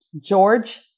George